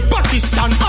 Pakistan